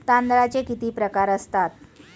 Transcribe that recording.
तांदळाचे किती प्रकार असतात?